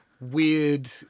Weird